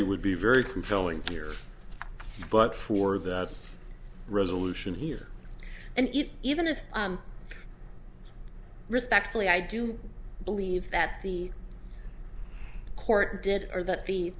vote would be very compelling here but for the resolution and even if respectfully i do believe that the court did or that